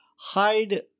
hide